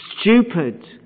stupid